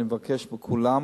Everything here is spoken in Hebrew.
לכן, אני מבקש מכולם,